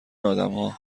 آدمها